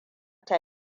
ta